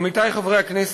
עמיתי חברי הכנסת,